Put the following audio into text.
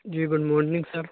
جی good morning سر